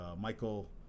Michael